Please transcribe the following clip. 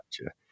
Gotcha